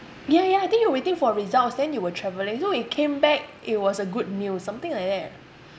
yeah yeah I think you waiting for results then you were traveling so when you came back it was a good news something like that